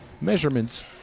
measurements